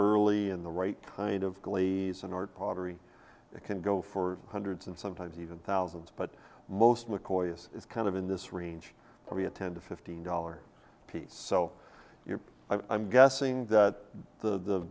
early in the right kind of glee in order pottery it can go for hundreds and sometimes even thousands but most mccoy's is kind of in this range probably a ten to fifteen dollars piece so you're i'm guessing that the